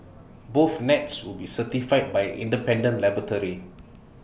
both nets will be certified by independent laboratory